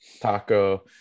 taco